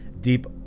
deep